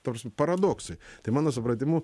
ta prasme paradoksai tai mano supratimu